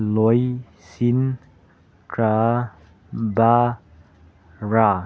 ꯂꯣꯏꯁꯤꯟꯈ꯭ꯔꯕꯔꯥ